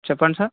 చెప్పండి సార్